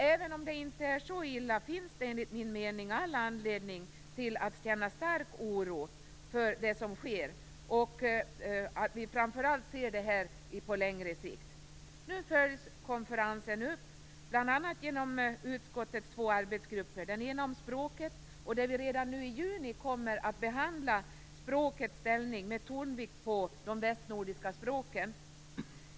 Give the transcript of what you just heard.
Även om det inte är så illa finns det enligt min mening all anledning att känna stark oro för det som sker. Framför allt måste vi se detta på längre sikt. Nu följs konferensen upp bl.a. genom utskottets två arbetsgrupper. Den ena arbetar med språket. Där kommer vi redan nu i juni att behandla språkets ställning med tonvikt på de västnordiska språken.